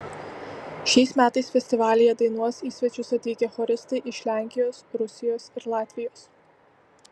šiais metais festivalyje dainuos į svečius atvykę choristai iš lenkijos rusijos ir latvijos